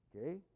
Okay